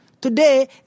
Today